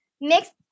next